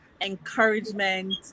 encouragement